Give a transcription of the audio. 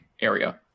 area